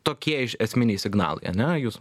tokie esminiai signalai ane jūsų